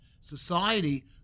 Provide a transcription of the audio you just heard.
society